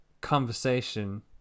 conversation